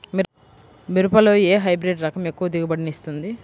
మిరపలో ఏ హైబ్రిడ్ రకం ఎక్కువ దిగుబడిని ఇస్తుంది?